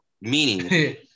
Meaning